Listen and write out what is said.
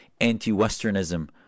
anti-Westernism